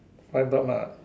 my blood mah